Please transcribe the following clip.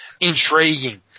intriguing